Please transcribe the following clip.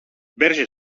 verge